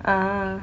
(uh huh)